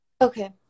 Okay